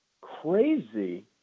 crazy